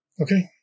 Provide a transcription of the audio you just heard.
Okay